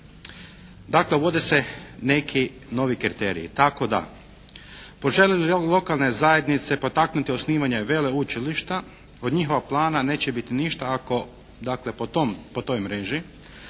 Dakle uvode se neki novi kriteriji tako da požele li lokalne zajednice potaknuti osnivanje veleučilišta od njihova plana neće biti ništa ako dakle po tom,